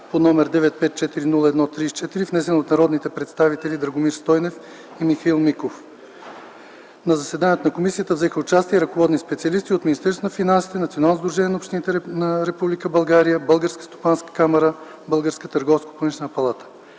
такси, № 954-01-34, внесен от народните представители Драгомир Стойнев и Михаил Миков. В заседанието на комисията взеха участие ръководни специалисти от Министерството на финансите, Националното сдружение на общините в Република България, Българската стопанска камара, Българската търговско-промишлена палата